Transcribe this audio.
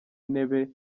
intebe